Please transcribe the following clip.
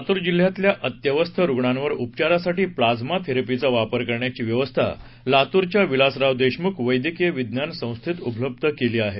लातूर जिल्ह्यातल्या अत्यवस्थ रुग्णांवर उपचारासाठी प्लाइमा थेरपीचा वापर करण्याची व्यवस्था लातूरच्या विलासराव देशमुख वैद्यकीय विज्ञान संस्थेत उपलब्ध केलेली आहे